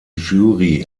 jury